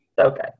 Okay